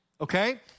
okay